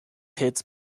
hits